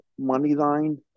Moneyline